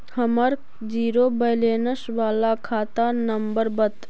हमर zero balance बाला खाता नम्बर बत?